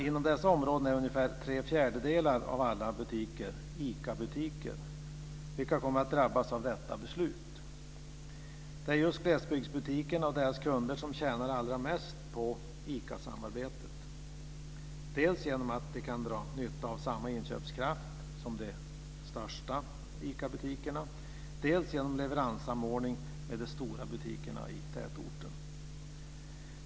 Inom dessa områden är ungefär tre fjärdedelar av alla butiker ICA-butiker. De kommer att drabbas av detta beslut. Det är just glesbygdsbutikerna och deras kunder som tjänar allra mest på ICA-samarbetet. Det sker dels genom att de kan dra nytta av samma inköpskraft som de största ICA-butikerna, dels genom leveranssamordning med de stora butikerna i tätorterna.